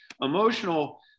Emotional